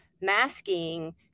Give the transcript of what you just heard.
masking